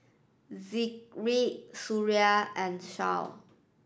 Zikri Suria and Shah